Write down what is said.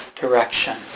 direction